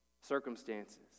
circumstances